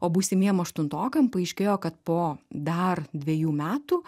o būsimiem aštuntokam paaiškėjo kad po dar dviejų metų